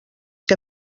que